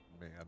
Man